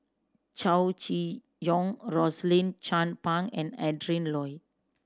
Chow Chee Yong Rosaline Chan Pang and Adrin Loi